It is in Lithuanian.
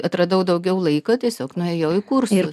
atradau daugiau laiko tiesiog nuėjau į kursus